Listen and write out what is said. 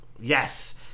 Yes